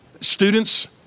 students